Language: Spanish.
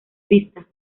vista